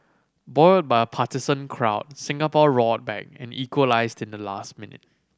buoyed by a partisan crowd Singapore roared back and equalised in the last minute